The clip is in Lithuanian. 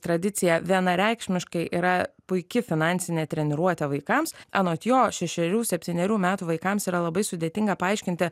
tradicija vienareikšmiškai yra puiki finansinė treniruotę vaikams anot jo šešerių septynerių metų vaikams yra labai sudėtinga paaiškinti